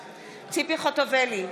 חוטובלי,